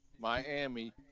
Miami